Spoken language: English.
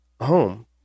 home